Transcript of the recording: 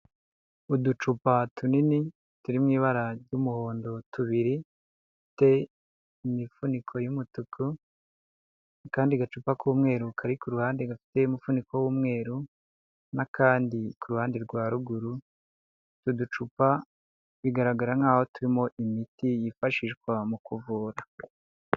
Uducupa tunini turi mu ibara ry'umuhondo tubiri dufite imifuniko y'umutuku, akandi gacupa k'umweru kari ku ruhande gafite umufuniko w'umweru n'akandi ku ruhande rwa ruguru, utwo ducupa bigaragara nkaho turimo imiti yifashishwa mu kuvura.